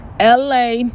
LA